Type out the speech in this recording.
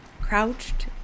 crouched